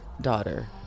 daughter